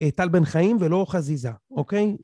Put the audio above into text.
טל בן חיים ולא חזיזה אוקיי